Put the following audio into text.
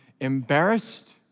embarrassed